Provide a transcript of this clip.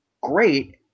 great